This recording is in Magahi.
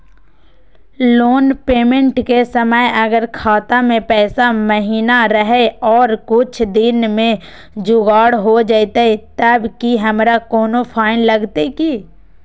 लोन पेमेंट के समय अगर खाता में पैसा महिना रहै और कुछ दिन में जुगाड़ हो जयतय तब की हमारा कोनो फाइन लगतय की?